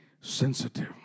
sensitive